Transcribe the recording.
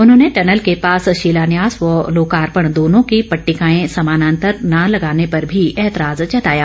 उन्होंने टनल के पास शिलान्यास व लोकार्पण दोनों की पट्टिकाएं समानांतर न लगाने पर भी एतराज जताया